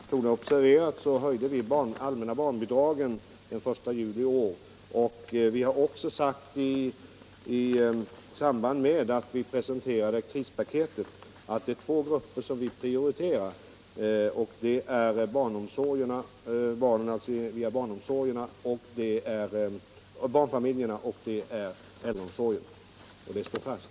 Herr talman! Som Eva Hjelmström torde observera höjde vi de allmänna barnbidragen den 1 juli i år. Vi har också sagt —- i samband med att vi presenterade krispaketet — att de två grupper som vi prioriterar är barnfamiljerna och de äldre. Detta står fast.